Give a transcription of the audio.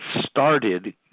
started